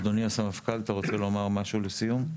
אדוני הסמפכ״ל, אתה רוצה לומר משהו לסיום?